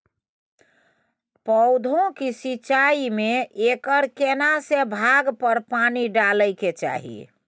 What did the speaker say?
पौधों की सिंचाई में एकर केना से भाग पर पानी डालय के चाही?